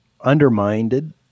undermined